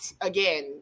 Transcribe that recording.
again